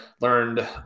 learned